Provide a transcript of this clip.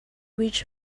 which